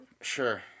Sure